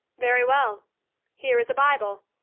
very well here is a bible.